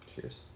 cheers